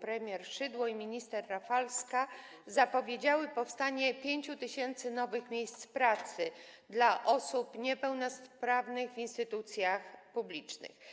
premier Szydło i minister Rafalska zapowiedziały powstanie 5 tys. nowych miejsc pracy dla osób niepełnosprawnych w instytucjach publicznych.